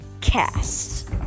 Cast